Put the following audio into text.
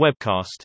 webcast